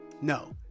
No